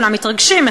כולם מתרגשים,